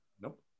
Nope